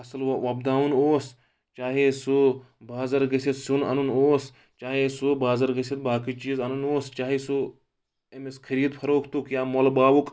فصل وۄپداوُن اوس چاہے سُہ بازر گٔژھِتھ سیُن اَنُن اوس چاہے سُہ بازر گٔژھِتھ باقٕے چیٖز اَنُن اوس چاہے سُہ أمِس خٔریٖد فروختُک یا مۄلہٕ باوُک